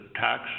tax